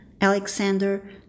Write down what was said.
Alexander